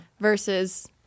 Versus